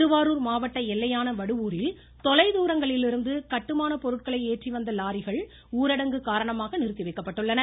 திருவாரூர் மாவட்ட எல்லையான வடுவூரில் தொலைதூரங்களிலிருந்து கட்டுமானப் பொருட்களை ஏற்றி வந்த லாரிகள் ஊரடங்கு காரணமாக நிறுத்தி வைக்கப்பட்டுள்ளன